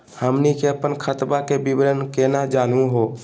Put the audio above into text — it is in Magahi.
हमनी के अपन खतवा के विवरण केना जानहु हो?